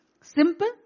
Simple